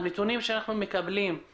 הנתונים שאנחנו מקבלים הם